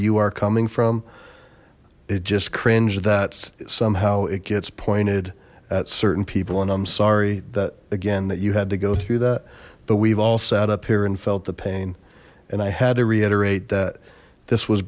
you are coming from it just cringed that somehow it gets pointed at certain people and i'm sorry that again that you had to go through that but we've all sat up here and felt the pain and i had to reiterate that this was